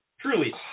truly